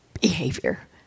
behavior